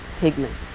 pigments